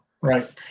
Right